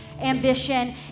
ambition